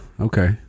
okay